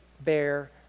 bear